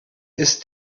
ist